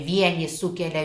vieni sukelia